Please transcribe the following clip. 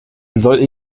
soll